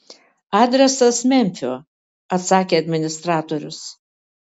adresas memfio atsakė administratorius